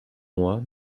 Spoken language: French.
moi